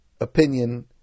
opinion